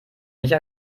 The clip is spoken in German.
nicht